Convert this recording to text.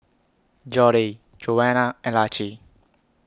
Jodie Joana and Laci